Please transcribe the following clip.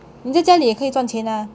你在家里可以赚钱 ah